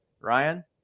Ryan